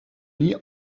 nie